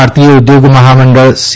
ભારતીય ઉદ્યોગ મહામંડળ સી